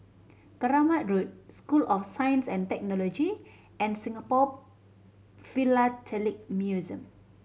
Keramat Road School of Science and Technology and Singapore Philatelic Museum